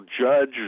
judge